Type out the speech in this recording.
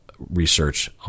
Research